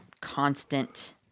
constant